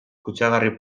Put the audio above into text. kutsagarri